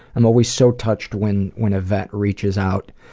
i'm always so touched when when a vet reaches out